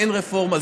אין רפורמה.